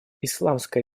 исламская